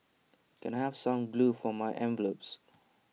can I have some glue for my envelopes